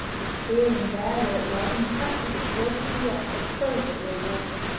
with here and there, where it widened, patches of broken rock exposed at low water,